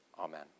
Amen